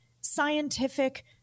scientific